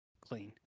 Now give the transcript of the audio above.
clean